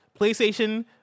playstation